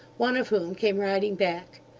one of whom came riding back.